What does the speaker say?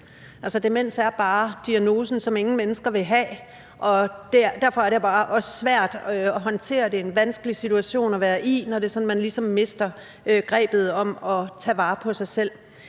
Demens er bare diagnosen, som ingen mennesker vil have. Derfor er det også svært at håndtere, for det er en vanskelig situation at være i, når man ligesom mister grebet om at tage vare på sig selv.